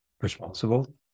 responsible